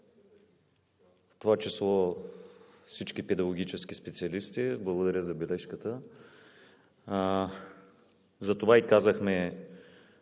в това число всички педагогически специалисти – благодаря за бележката, затова и казахме,